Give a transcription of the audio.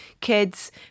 kids